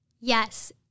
Yes